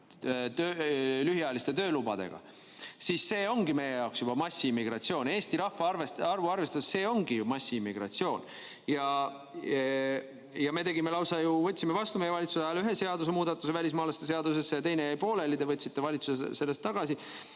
lühiajaliste töölubadega, siis see ongi meie jaoks juba massiimmigratsioon. Eesti rahva arvu arvestades see ongi ju massiimmigratsioon. Ja me võtsime vastu meie valitsuse ajal ühe seadusemuudatuse välismaalaste seadusesse ja teine jäi pooleli, te võtsite valitsuses selle tagasi.